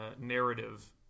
narrative